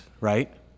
right